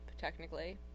technically